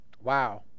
Wow